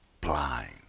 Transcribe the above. blind